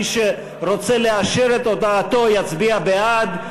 מי שרוצה לאשר את הודעתו, יצביע בעד.